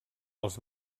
els